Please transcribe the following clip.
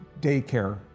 daycare